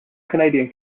canadian